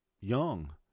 young